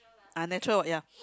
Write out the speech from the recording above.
ah natural what ya